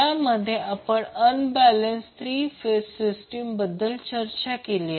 ज्यामध्ये आपण unbalance 3 phase system बद्दल चर्चा केली